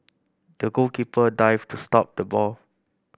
the goalkeeper dived to stop the ball